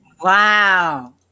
wow